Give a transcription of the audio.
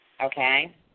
Okay